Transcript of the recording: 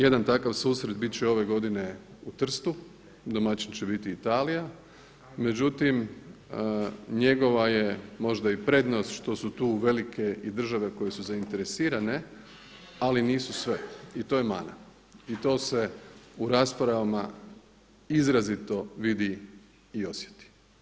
Jedan takav susret bit će ove godine u Trstu, domaćin će biti Italija, međutim njegova je možda i prednost što su tu velike i države koje su zainteresirane, ali nisu sve i to je mana i to se u raspravama izrazito vidi i osjeti.